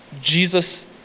Jesus